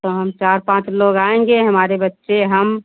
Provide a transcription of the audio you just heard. तो हम चार पाँच लोग आएंगे हमारे बच्चे हम